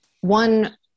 one